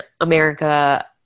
America